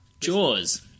Jaws